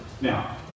Now